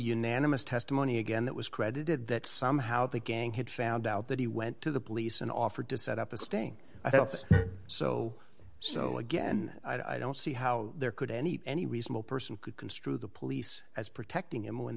unanimous testimony again that was credited that somehow the gang had found out that he went to the police and offered to set up a sting so so again i don't see how there could any any reasonable person could construe the police as protecting him when